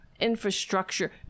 infrastructure